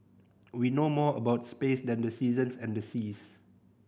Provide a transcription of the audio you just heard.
we know more about space than the seasons and the seas